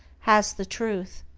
has the truth?